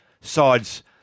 sides